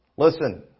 Listen